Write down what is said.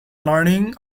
learning